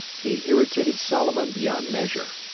he irritated solomon beyond measure.